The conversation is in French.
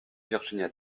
virginia